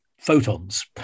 photons